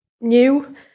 new